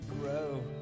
grow